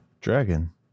dragon